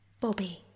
Bobby